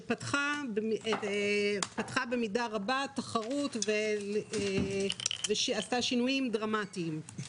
שפתחה במידה רבה תחרות ועשתה שינויים דרמטיים.